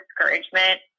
discouragement